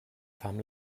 fam